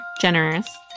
Generous